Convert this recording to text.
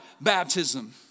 baptism